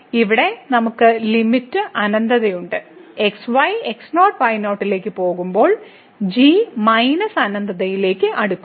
ഇവിടെ നമുക്ക് ലിമിറ്റ് അനന്തതയും ഉണ്ട് x y x 0 y 0 ലേക്ക് പോകുമ്പോൾ g മൈനസ് അനന്തതയിലേക്ക് അടുക്കുന്നു